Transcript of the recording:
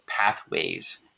pathways